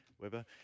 Weber